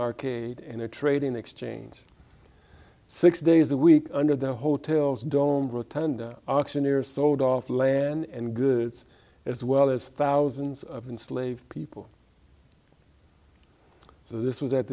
arcade and a trading exchange six days a week under the hotel's dome rotund auctioneer sold off land and goods as well as thousands of enslaved people so this was at